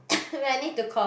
wait I need to cough